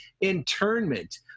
internment